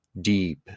deep